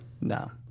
No